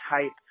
type